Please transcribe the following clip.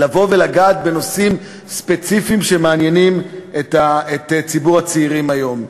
לגעת בנושאים ספציפיים שמעניינים את ציבור הצעירים היום.